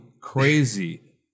crazy